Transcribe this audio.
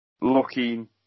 looking